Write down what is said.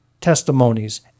testimonies